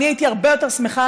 אני הייתי הרבה יותר שמחה,